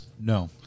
No